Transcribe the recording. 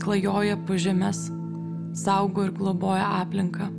klajoja po žemes saugo ir globoja aplinką